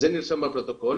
זה נרשם בפרוטוקול